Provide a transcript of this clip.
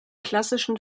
klassischen